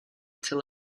till